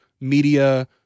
media